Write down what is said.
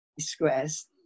squares